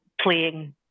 playing